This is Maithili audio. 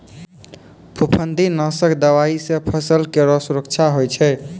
फफूंदी नाशक दवाई सँ फसल केरो सुरक्षा होय छै